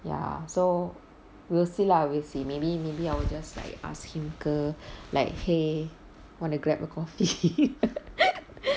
ya so we'll see lah we'll see maybe maybe I will just like ask him ke like !hey! wanna grab a coffee